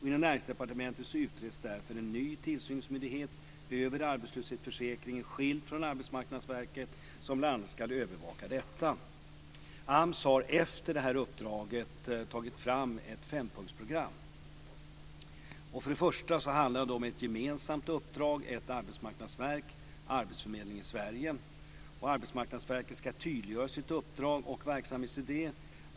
Inom Näringsdepartementet utreds därför frågan om en ny tillsynsmyndighet över arbetslöshetsförsäkringen, skild från Arbetsmarknadsverket, som bl.a. ska övervaka detta. AMS har efter detta uppdrag tagit fram ett fempunktsprogram. För det första handlar det om ett gemensamt uppdrag - ett arbetsmarknadsverk och arbetsförmedlingen i Sverige. Arbetsmarknadsverket ska tydliggöra sitt uppdrag och sin verksamhetsidé.